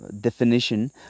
definition